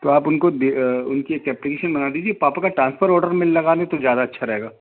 तो आप उनको दे उनकी एक एप्लिकेशन बना दीजिए पापा का ट्रांसफ़र ऑर्डर में लगा दे तो ज़्यादा अच्छा रहेगा